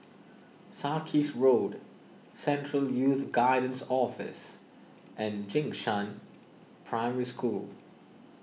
Sarkies Road Central Youth Guidance Office and Jing Shan Primary School